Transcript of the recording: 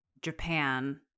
Japan